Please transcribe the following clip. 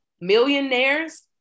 Millionaires